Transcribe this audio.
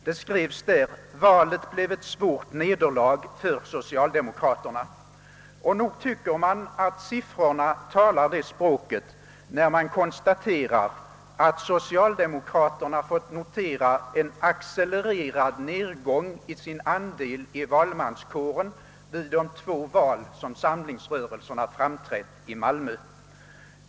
Det skrevs där: »Valet blev ett svårt nederlag för socialdemokraterna.» Siffrorna ger också detta vid handen och man kan konstatera, att socialdemokraterna fått notera en accelererad nedgång av sin andel av valmanskåren vid de två val i vilka samlingsrörelserna framträtt i Malmö.